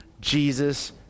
Jesus